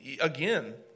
again